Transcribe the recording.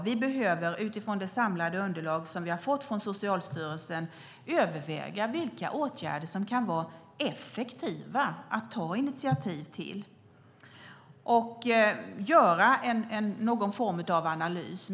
Vi behöver utifrån det samlade underlag vi har fått från Socialstyrelsen överväga vilka åtgärder som kan vara effektiva att ta initiativ till och göra någon form av analys.